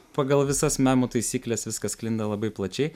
pagal visas memų taisykles viskas sklinda labai plačiai